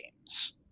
games